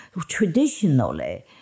traditionally